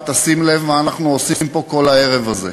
תשים לב מה אנחנו עושים פה כל הערב הזה,